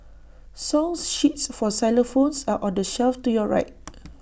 song sheets for xylophones are on the shelf to your right